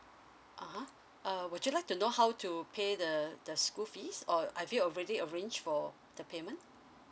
(uh huh) uh would you like to know how to pay the the school fees or have you already arrange for the payment